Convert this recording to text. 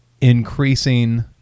increasing